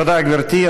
תודה, גברתי.